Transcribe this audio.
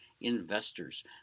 investors